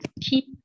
keep